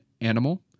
animal